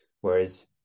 Whereas